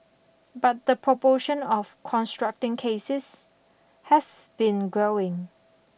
but the proportion of constructing cases has been growing